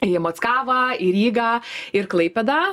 į mockavą į rygą ir klaipėdą